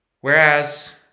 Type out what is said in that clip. whereas